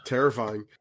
Terrifying